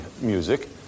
music